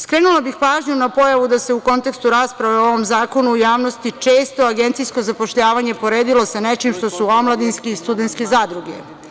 Skrenula bih pažnju na pojavu da se u kontekstu rasprave o ovom zakonu u javnosti često agencijsko zapošljavanje uporedilo sa nečim što su omladinske i studentske zadruge.